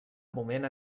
moment